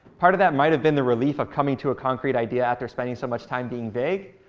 part of that might have been the relief of coming to a concrete idea after spending so much time being vague.